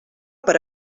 per